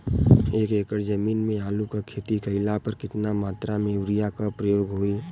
एक एकड़ जमीन में आलू क खेती कइला पर कितना मात्रा में यूरिया क प्रयोग होई?